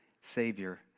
Savior